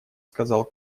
сказал